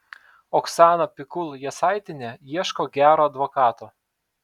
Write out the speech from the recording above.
oksana pikul jasaitienė ieško gero advokato